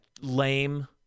lame